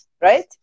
Right